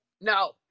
No